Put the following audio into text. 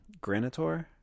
Granitor